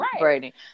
right